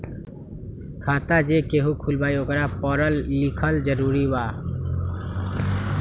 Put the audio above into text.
खाता जे केहु खुलवाई ओकरा परल लिखल जरूरी वा?